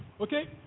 Okay